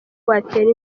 watera